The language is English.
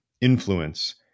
influence